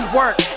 work